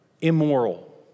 immoral